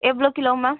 எவ்வளோ kilo ma'am